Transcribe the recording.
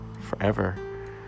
forever